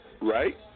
Right